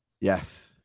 yes